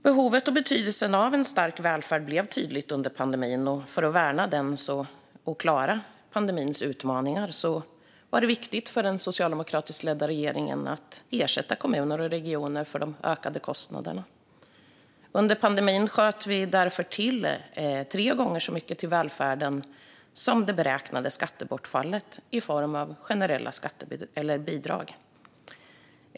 Behovet och betydelsen av en stark välfärd blev tydligt under pandemin. För att värna den och klara pandemins utmaningar var det viktigt för den socialdemokratiskt ledda regeringen att ersätta kommuner och regioner för de ökade kostnaderna. Under pandemin sköt vi därför till tre gånger så mycket till välfärden som det beräknade skattebortfallet i form av generella bidrag.